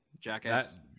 jackass